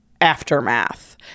aftermath